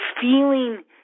feeling